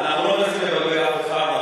אנחנו לא מנסים לבלבל אף אחד.